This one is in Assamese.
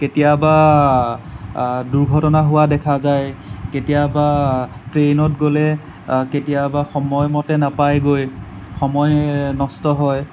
কেতিয়াবা দুৰ্ঘটনা হোৱা দেখা যায় কেতিয়াবা ট্ৰেইনত গ'লে কেতিয়াবা সময় মতে নাপায় গৈ সময় নষ্ট হয়